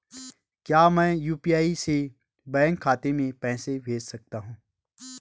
क्या मैं यु.पी.आई से बैंक खाते में पैसे भेज सकता हूँ?